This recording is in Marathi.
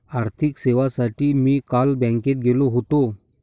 आर्थिक सेवांसाठी मी काल बँकेत गेलो होतो